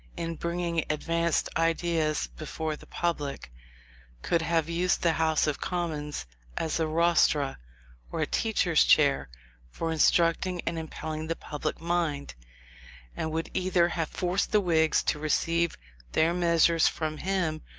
in bringing advanced ideas before the public could have used the house of commons as a rostra or a teacher's chair for instructing and impelling the public mind and would either have forced the whigs to receive their measures from him,